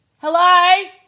Hello